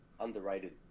Underrated